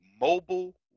mobile